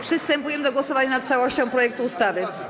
Przystępujemy do głosowania nad całością projektu ustawy.